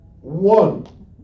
One